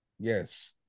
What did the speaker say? yes